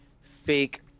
fake